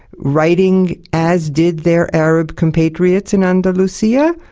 writing as did their arab compatriots in andalusia,